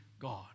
God